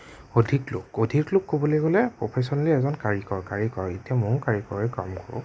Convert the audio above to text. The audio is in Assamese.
অধিক লোক অধিক লোক ক'বলে গ'লে প্ৰফেচনেলি এজন কাৰিকৰ কাৰিকৰ এতিয়া ময়ো কাৰীকৰে কাম কৰোঁ